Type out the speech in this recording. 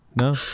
No